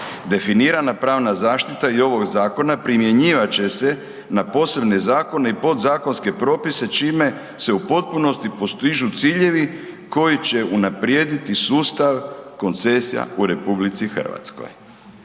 Definirana pravna zaštita i ovog zakona primjenjivat će se na posebne zakone i podzakonske propise, čime se u potpunosti postižu ciljevi koji će unaprijediti sustav koncesija u RH. Dakle,